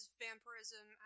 vampirism